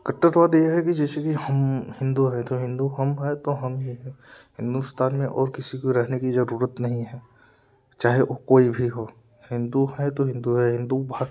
कट्टरवाद यह है कि जैसेकि हम हिंदू हैं तो हिंदू हम हैं तो हम ही हिंदुस्तान में और किसी को रहने की ज़रूरत नहीं है चाहे वह कोई भी हो हिंदू है तो हिंदू है हिंदू